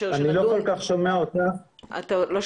אנחנו לא שומעים אותך טוב.